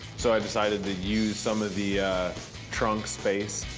so i decided to use some of the trunk space.